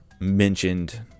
mentioned